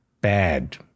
Bad